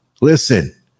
Listen